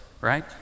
right